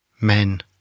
Men